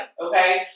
Okay